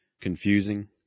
confusing